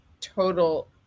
total